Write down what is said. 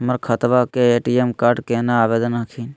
हमर खतवा के ए.टी.एम कार्ड केना आवेदन हखिन?